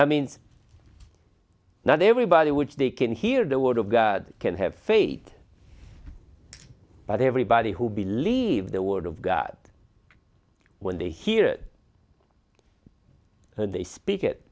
that means not everybody which they can hear the word of god can have faith but everybody who believe the word of god when they hear it and they speak it